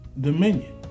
dominion